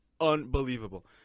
unbelievable